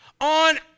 on